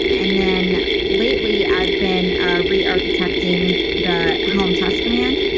and then lately i have been ah re-architecting the helm test command.